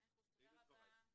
אולו דבריי.